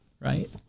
right